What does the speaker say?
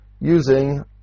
using